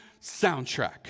soundtrack